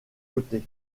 côté